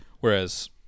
whereas